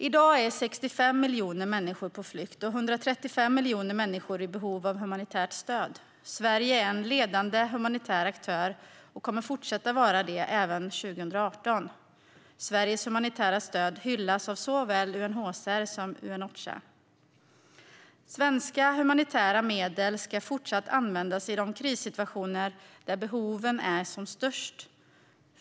I dag är 65 miljoner människor på flykt och 135 miljoner människor i behov av humanitärt stöd. Sverige är en ledande humanitär aktör och kommer fortsätta att vara det även 2018. Sveriges humanitära stöd hyllas av såväl UNHCR som Ocha. Svenska humanitära medel ska fortsatt användas i de krissituationer där behoven är som störst.